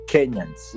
Kenyans